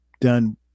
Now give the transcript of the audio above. done